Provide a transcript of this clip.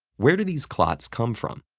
where do these clots come from?